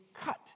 cut